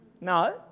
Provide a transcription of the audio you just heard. No